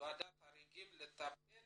חריגים לטפל